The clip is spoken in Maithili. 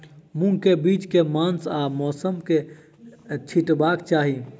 मूंग केँ बीज केँ मास आ मौसम मे छिटबाक चाहि?